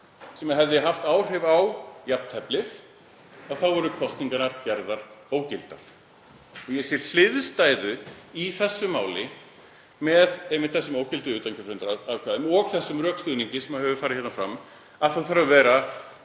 sem hefði haft áhrif á jafnteflið voru kosningarnar gerðar ógildar. Ég sé hliðstæðu í þessu máli með einmitt þessum ógildu utankjörfundaratkvæðum og þessum rökstuðningi sem hefur farið hérna fram, að það þurfi að vera